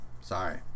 Sorry